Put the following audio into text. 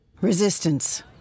Resistance